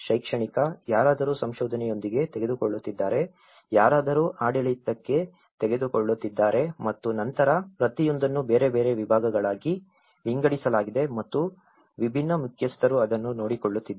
ಶೈಕ್ಷಣಿಕ ಯಾರಾದರೂ ಸಂಶೋಧನೆಯೊಂದಿಗೆ ತೆಗೆದುಕೊಳ್ಳುತ್ತಿದ್ದಾರೆ ಯಾರಾದರೂ ಆಡಳಿತಕ್ಕೆ ತೆಗೆದುಕೊಳ್ಳುತ್ತಿದ್ದಾರೆ ಮತ್ತು ನಂತರ ಪ್ರತಿಯೊಂದನ್ನು ಬೇರೆ ಬೇರೆ ವಿಭಾಗಗಳಾಗಿ ವಿಂಗಡಿಸಲಾಗಿದೆ ಮತ್ತು ವಿಭಿನ್ನ ಮುಖ್ಯಸ್ಥರು ಅದನ್ನು ನೋಡಿಕೊಳ್ಳುತ್ತಿದ್ದಾರೆ